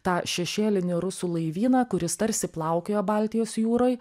tą šešėlinį rusų laivyną kuris tarsi plaukioja baltijos jūroj